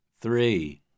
three